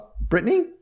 Brittany